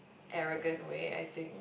arrogant way I think